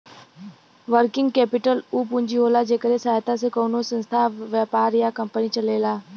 working capital उ पूंजी होला जेकरे सहायता से कउनो संस्था व्यापार या कंपनी चलेला